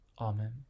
Amen